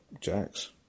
Jacks